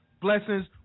Blessings